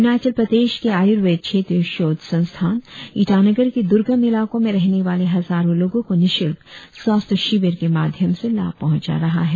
अरुणाचल प्रदेश के आयुर्वेद क्षेत्रीय शोध संस्थान ईटानगर के दुर्गम इलाकों में रहने वाले हजारों लोगों को निशुल्क स्वस्थ्य शिविर के माध्यम से लाभ पहुंचा रहा है